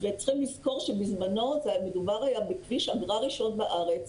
צריכים לזכור שבזמנו מדובר היה בכביש אגרה ראשון בארץ,